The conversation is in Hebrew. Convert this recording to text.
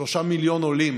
שלושה מיליון עולים